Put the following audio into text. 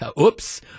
oops